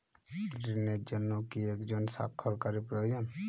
ঋণের জন্য কি একজন স্বাক্ষরকারী প্রয়োজন?